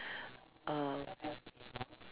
uh